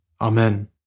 Amen